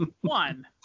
One